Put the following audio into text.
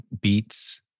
beats